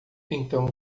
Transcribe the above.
então